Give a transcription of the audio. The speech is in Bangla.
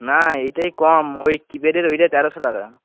না এটাই কম ওই কি প্যাডের ওইটা তেরোশো টাকা